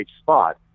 spot